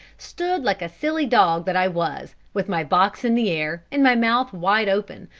stood like a silly dog that i was, with my box in the air and my mouth wide open,